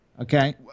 Okay